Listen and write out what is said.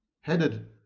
Headed